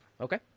Okay